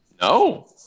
no